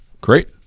Great